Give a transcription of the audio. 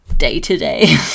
day-to-day